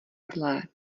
zlé